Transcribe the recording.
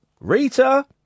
Rita